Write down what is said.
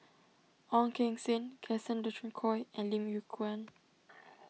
Ong Keng Sen Gaston Dutronquoy and Lim Yew Kuan